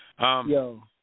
Yo